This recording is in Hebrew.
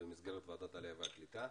במסגרת ועדת העלייה והקליטה.